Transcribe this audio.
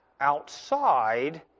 outside